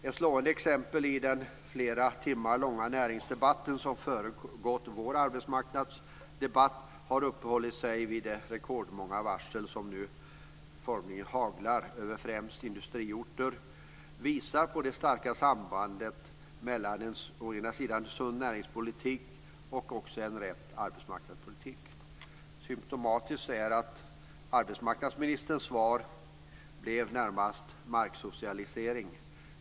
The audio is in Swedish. Ett slående exempel är den flera timmar långa näringsdebatt som föregått vår arbetsmarknadsdebatt och som har uppehållit sig vid de rekordmånga varsel som nu formligen haglar över främst industriorter. Detta visar på det starka sambandet mellan å ena sidan en sund näringspolitik och å andra sidan en riktig arbetsmarknadspolitik. Symtomatiskt är att arbetsmarknadsministern svar närmast blev marksocialisering.